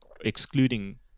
excluding